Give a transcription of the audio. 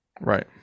right